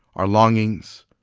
our longings,